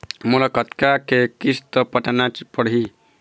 मोला कतका के किस्त पटाना पड़ही?